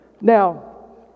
Now